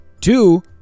Two